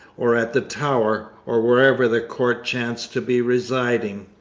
or at the tower, or wherever the court chanced to be residing.